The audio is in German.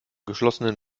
geschlossenen